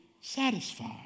satisfied